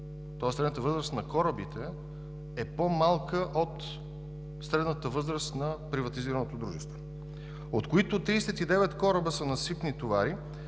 тоест средната възраст на корабите е по-малка от средната възраст на приватизираното дружество, от които в експлоатация са 39 кораба за насипни товари,